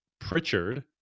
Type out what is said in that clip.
Pritchard